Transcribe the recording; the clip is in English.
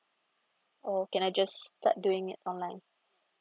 oh can I just start doing it online